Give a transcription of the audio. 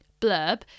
blurb